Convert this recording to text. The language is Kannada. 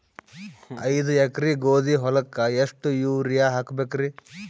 ಐದ ಎಕರಿ ಗೋಧಿ ಹೊಲಕ್ಕ ಎಷ್ಟ ಯೂರಿಯಹಾಕಬೆಕ್ರಿ?